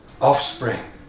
offspring